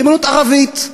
ריבונות ערבית,